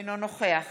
אינו נוכח